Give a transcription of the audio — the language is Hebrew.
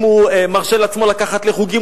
ואם הוא מרשה לעצמו לקחת לחוגים,